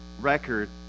record